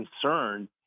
concerned